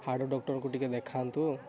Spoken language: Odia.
ହାଡ଼ ଡକ୍ଟରଙ୍କୁ ଟିକେ ଦେଖାନ୍ତୁ